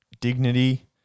dignity